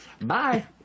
Bye